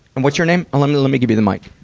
and what's your name? let me, let me give you the mic.